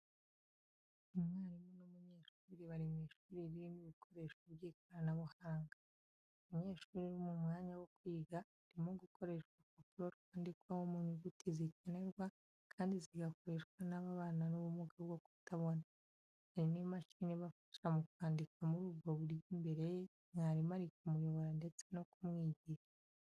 Umwarimu n’umunyeshuri bari mu ishuri ririmo ibikoresho by’ikoranabuhanga. Umunyeshuri uri mu mwanya wo kwiga, arimo gukoresha urupapuro rwandikwaho mu nyuguti zikenerwa kandi zigakoreshwa n’ababana n’ubumuga bwo kutabona. Hari n’imashini ibafasha mu kwandika muri ubwo buryo imbere ye, mwarimu ari kumuyobora ndetse no kumwigisha.